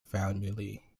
family